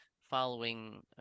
following